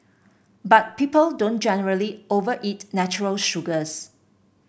but people don't generally overeat natural sugars